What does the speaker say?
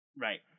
right